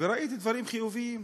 וראיתי דברים חיוביים,